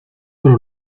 pero